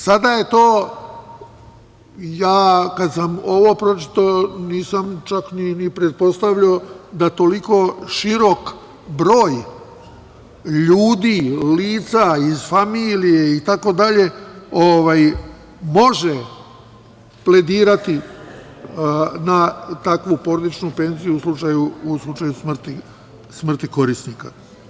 Sada je to, ja kad sam ovo pročitao, nisam čak ni pretpostavljao da toliko širok broj ljudi lica iz familije itd. može pledirati na takvu porodičnu penziju u slučaju smrti korisnika.